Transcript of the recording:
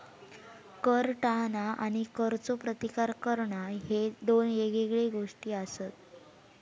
कर टाळणा आणि करचो प्रतिकार करणा ह्ये दोन येगळे गोष्टी आसत